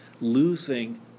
losing